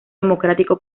democrático